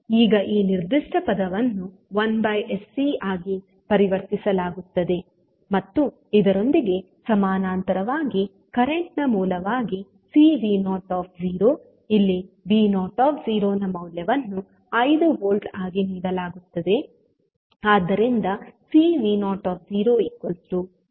ಈಗ ಈ ನಿರ್ದಿಷ್ಟ ಪದವನ್ನು 1sC ಆಗಿ ಪರಿವರ್ತಿಸಲಾಗುತ್ತದೆ ಮತ್ತು ಇದರೊಂದಿಗೆ ಸಮಾನಾಂತರವಾಗಿ ಕರೆಂಟ್ ನ ಮೂಲವಾಗಿ Cv0 ಇಲ್ಲಿ v0 ನ ಮೌಲ್ಯವನ್ನು 5 ವೋಲ್ಟ್ ಆಗಿ ನೀಡಲಾಗುತ್ತದೆ ಆದ್ದರಿಂದ Cv00 0